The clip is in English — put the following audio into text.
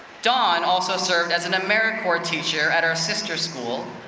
dawn also served as an americorps teacher at our sister school,